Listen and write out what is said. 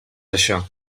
això